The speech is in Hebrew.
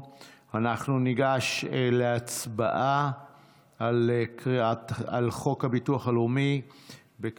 ניגש להצבעה על הצעת חוק הביטוח הלאומי (תיקון מס' 230),